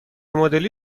مدلی